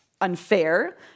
Unfair